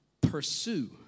Pursue